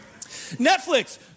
Netflix